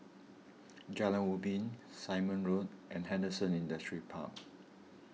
Jalan Ubin Simon Road and Henderson Industrial Park